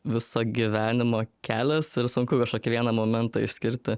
viso gyvenimo kelias ir sunku kašokį vieną momentą išskirti